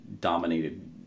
dominated